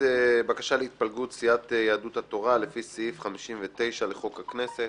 אין התפלגות סיעת הרשימה המשותפת לפי סעיף 59(2) לחוק הכנסת